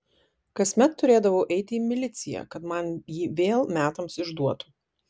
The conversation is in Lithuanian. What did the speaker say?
kasmet turėdavau eiti į miliciją kad man jį vėl metams išduotų